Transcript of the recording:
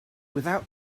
without